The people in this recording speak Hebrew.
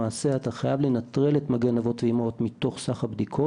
למעשה אתה חייב לנטרל את "מגן אבות ואימהות" מתוך סך הבדיקות